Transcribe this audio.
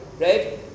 right